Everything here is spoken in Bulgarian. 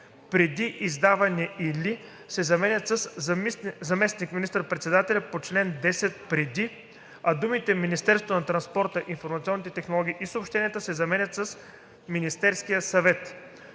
преди издаване или“ се заменят със „Заместник министър-председателят по чл. 10 преди“, а думите „Министерството на транспорта, информационните технологии и съобщенията“ се заменят с „Министерския съвет“.